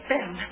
Ben